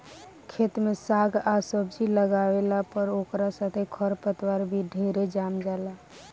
खेत में साग आ सब्जी लागावला पर ओकरा साथे खर पतवार भी ढेरे जाम जाला